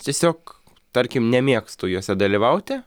tiesiog tarkim nemėgstu juose dalyvauti